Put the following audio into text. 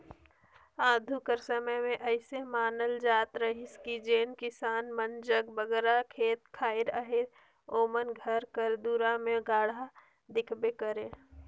आघु कर समे मे अइसे मानल जात रहिस कि जेन किसान मन जग बगरा खेत खाएर अहे ओमन घर कर दुरा मे गाड़ा दिखबे करे